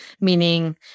meaning